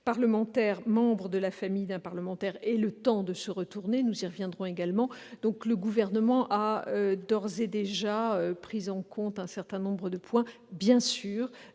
parlementaires membres de la famille d'un parlementaire aient le temps de se retourner- nous y reviendrons également. Le Gouvernement a donc d'ores et déjà pris en compte un certain nombre de vos